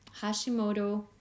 Hashimoto